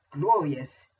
glorious